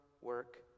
work